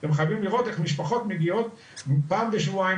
אתם חייבים לראות איך משפחות מגיעות פעם בשבועיים